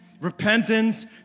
repentance